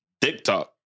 TikTok